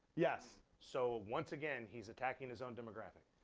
yes. so once again, he's attacking his own demographic.